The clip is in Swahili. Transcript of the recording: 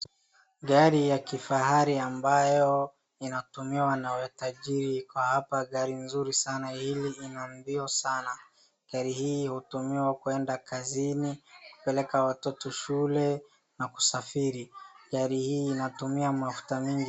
Gari ya kifahari ambayo inatumiwa na matajiri iko hapa, gari nzuri sana hili ina mbio sana. Gari hii hutumiwa kuenda kazini. kupeleka watoto shule na kusafiri, gari hii inatumia mafuta mingi.